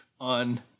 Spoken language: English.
on